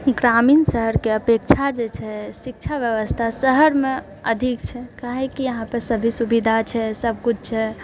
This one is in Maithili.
ग्रामीण शहरके अपेक्षा जे छै शिक्षा व्यवस्था शहरमे अधिक छै काहेकि यहाँपर सभी सुविधा छै सबकिछु छै